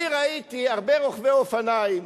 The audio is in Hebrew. אני ראיתי הרבה רוכבי אופניים